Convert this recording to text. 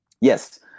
Yes